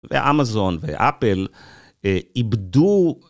ואמזון ואפל איבדו